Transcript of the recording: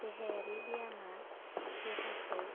देहायारि ब्यामा देहाखौ